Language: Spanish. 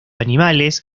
animales